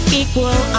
equal